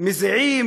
מזיעים,